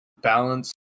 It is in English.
balance